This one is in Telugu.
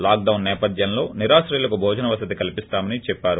లాక్డొన్ నేపథ్యంలో నిరాశ్రయులకు భోజన వసతి కల్పిస్తామని చెప్పారు